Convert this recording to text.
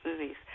movies